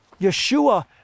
Yeshua